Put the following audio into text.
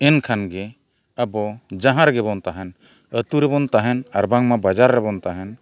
ᱮᱱᱠᱷᱟᱱ ᱜᱮ ᱟᱵᱚ ᱡᱟᱦᱟᱸ ᱨᱮᱜᱮ ᱵᱚᱱ ᱛᱟᱦᱮᱱ ᱟᱛᱳ ᱨᱮᱵᱚᱱ ᱛᱟᱦᱮᱱ ᱟᱨ ᱵᱟᱝᱢᱟ ᱵᱟᱡᱟᱨ ᱨᱮᱵᱚᱱ ᱛᱟᱦᱮᱱ